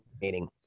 meaning